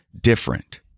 different